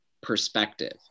perspective